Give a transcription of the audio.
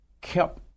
kept